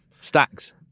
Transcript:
stacks